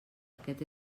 aquest